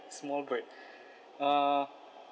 small bird uh